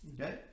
Okay